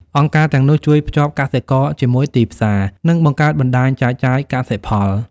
អង្គការទាំងនោះជួយភ្ជាប់កសិករជាមួយទីផ្សារនិងបង្កើតបណ្តាញចែកចាយកសិផល។